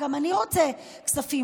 גם אני רוצה כספים,.